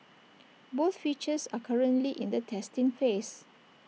both features are currently in the testing phase